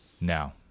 Now